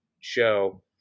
show